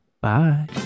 Bye